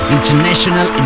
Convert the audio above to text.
International